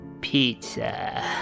Pizza